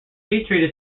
petrie